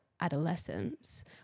adolescence